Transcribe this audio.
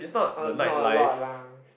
but it's not a lot lah